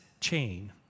chain